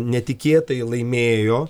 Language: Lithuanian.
netikėtai laimėjo